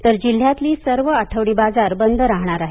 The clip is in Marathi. तर जिल्ह्यातील सर्व आठवडी बाजार बंद राहणार आहेत